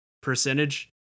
percentage